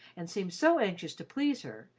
and seemed so anxious to please her,